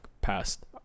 passed